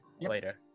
later